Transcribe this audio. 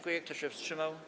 Kto się wstrzymał?